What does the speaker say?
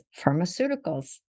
pharmaceuticals